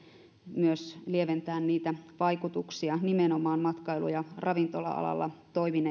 myös lieventää niitä vaikutuksia nimenomaan matkailu ja ravintola alalla